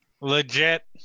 Legit